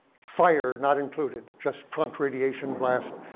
fire not included, just prompt radiation, blast,